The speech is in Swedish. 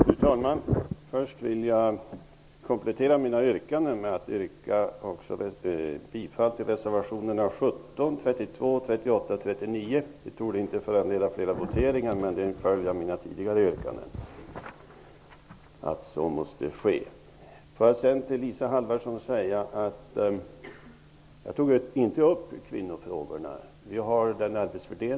Fru talman! Först vill jag komplettera mina yrkanden med att yrka bifall till reservationerna 17, 32, 38 och 39. Det torde inte föranleda flera voteringar, men att så måste ske är en följd av mina tidigare yrkanden. Jag vill säga följande till Isa Halvarsson. Jag tog inte upp kvinnofrågorna.